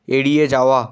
এড়িয়ে যাওয়া